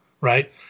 right